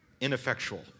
ineffectual